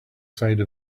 side